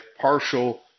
partial